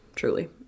Truly